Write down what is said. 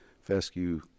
fescue